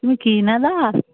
তুমি কি নেওদা